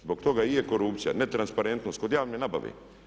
Zbog toga i je korupcija, ne transparentnost, kod javne nabave.